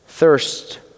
Thirst